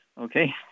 Okay